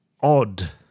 odd